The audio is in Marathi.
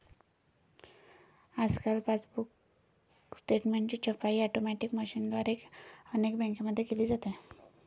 आजकाल पासबुक स्टेटमेंटची छपाई ऑटोमॅटिक मशीनद्वारे अनेक बँकांमध्ये केली जाते